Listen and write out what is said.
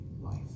life